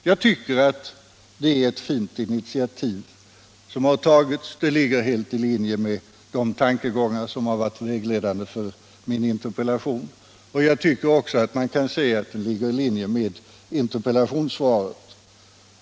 Jag tycker det är ett fint initiativ som har tagits —- det ligger helt i linje med de tankegångar som har varit vägledande Om en kampanj mot dödsstraffet Om en kampanj mot dödsstraffet för min interpellation — och jag tycker också man kan säga att det ligger i linje med interpellationssvaret.